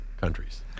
countries